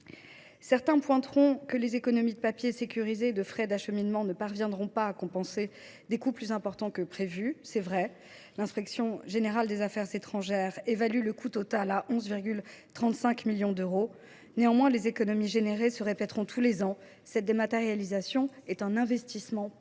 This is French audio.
Certains souligneront que les économies de papier sécurisé et de frais d’acheminement ne parviendront pas à compenser des coûts plus importants que prévu. C’est vrai : l’inspection générale des affaires étrangères évalue le coût total à 11,35 millions d’euros. Néanmoins, les économies générées se répéteront tous les ans. Cette dématérialisation est donc un investissement pour